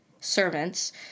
servants